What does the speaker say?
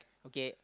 okay